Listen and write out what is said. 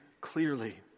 clearly